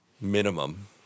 minimum